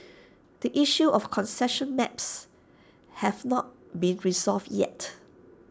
the issue of concession maps have not been resolved yet